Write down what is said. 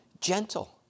gentle